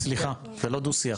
סליחה, זה לא דו שיח.